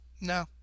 No